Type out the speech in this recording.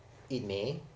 it may